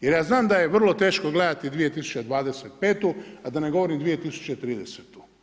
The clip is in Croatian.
Jer ja znam da je vrlo teško gledati 2025., a da ne govorim 2030.